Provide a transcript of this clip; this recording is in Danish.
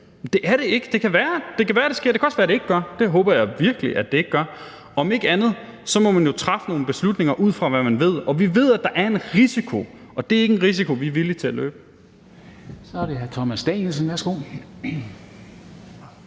det er det ikke. Det kan være, at det sker, og det kan også være, at det ikke gør, og det håber jeg virkelig at det ikke gør. Om ikke andet må man jo træffe nogle beslutninger ud fra, hvad man ved, og vi ved, at der er en risiko, og det er ikke en risiko, vi er villige til at løbe. Kl. 21:35 Formanden (Henrik